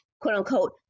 quote-unquote